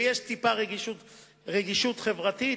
ויש טיפה רגישות חברתית,